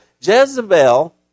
Jezebel